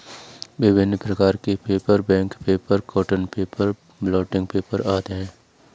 विभिन्न प्रकार के paper, bank paper, cotton paper, blotting paper आदि हैं